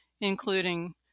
including